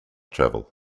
travel